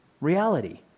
reality